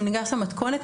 הוא ניגש למתכונת,